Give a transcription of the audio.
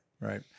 right